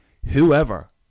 whoever